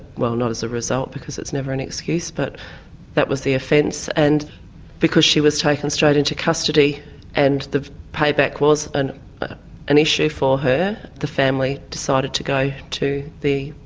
well, not as a result because it's never an excuse, but that was the offence. and because she was taken straight into custody and the payback was an an issue for her, the family decided to go to the